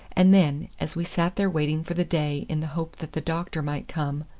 and then, as we sat there waiting for the day in the hope that the doctor might come,